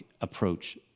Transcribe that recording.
approach